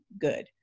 good